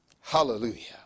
hallelujah